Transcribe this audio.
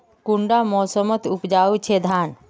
कुंडा मोसमोत उपजाम छै धान?